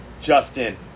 Justin